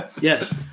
Yes